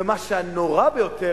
ומה שנורא ביותר,